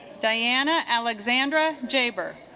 diana alexandra jaber